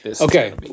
Okay